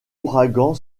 ouragan